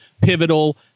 pivotal